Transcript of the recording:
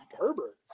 Herbert